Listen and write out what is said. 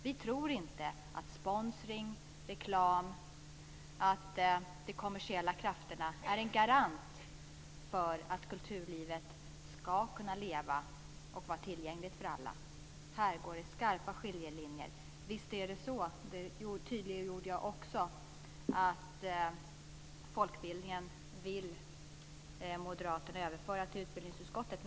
Vi tror inte att sponsring och reklam, de kommersiella krafterna, är en garant för att kulturlivet ska kunna leva och vara tillgängligt för alla. Här går det skarpa skiljelinjer. Visst är det så, vilket jag också tydliggjorde, att Moderaterna vill överföra folkbildningen till utbildningsutskottet.